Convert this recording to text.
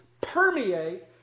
permeate